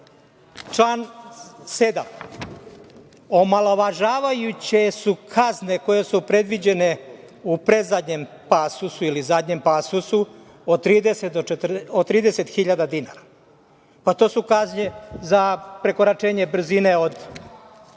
član 7. Omalovažavajuće su kazne koje su predviđene u predzadnjem pasusu ili zadnjem pasusu, od 30 hiljada dinara. Pa, to su kazne za prekoračenje brzine, od